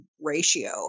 ratio